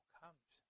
comes